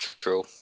True